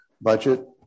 budget